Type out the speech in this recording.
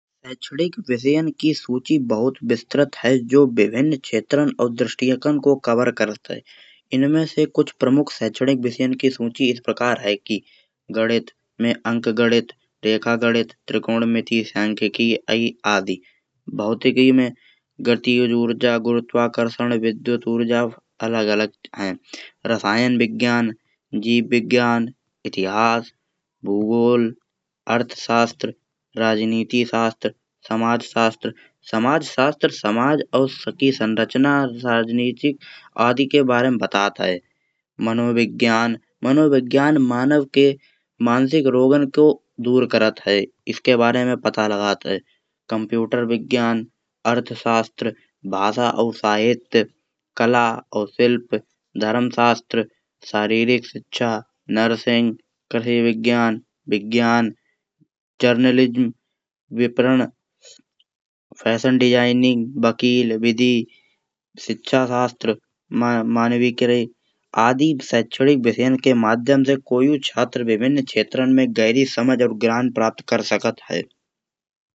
विषयन की सूची बहुत विस्त्रत है। जो विभिन्न क्षेत्रन और दृष्टियन को कवर करत है इनमें से कुछ प्रमुख सैचदिक विषयन की सूची इस प्रकार है। कि गणित में अंकगणित, रेखागणित त्रिकोण गणित संख की आई आदि। भौतिकी में गतिज ऊर्जा, गुरुत्व आकर्षण, विद्युत ऊर्जा अलग अलग है रसायन विज्ञान, जीव विज्ञान, इतिहास, भूगोल, अर्थशास्त्र, राजनीति शास्त्र, समाज शास्त्र। समाज शास्त्र समाज की संरचना आदि के बारे में बतात है। मनोविज्ञान मानव के मानसिक रोगन को दूर करत है इसके बारे में पता लगत है। कंप्यूटर विज्ञान, अर्थशास्त्र, भाषा और साहित्य, कला और शिल्प, धर्मशास्त्र, शारीरिक शिक्षा, नर्सिंग, कृषि विज्ञान, विज्ञान, जर्नलिज्म विप्रद। फैशन डिजाइनिंग, वकील विधि, शिक्षा शास्त्र आदि। शकसधिक विषयन के माध्यम से कोई भी छात्र विभिन्न क्षेत्रन में गहरी समझ और ज्ञान प्राप्त कर सकत है।